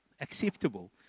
Acceptable